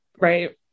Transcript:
right